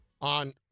on